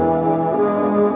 or